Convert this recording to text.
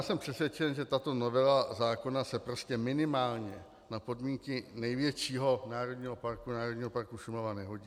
Jsem přesvědčen, že tato novela zákona se minimálně na podmínky největšího národního parku, Národního parku Šumava nehodí.